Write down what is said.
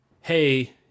hey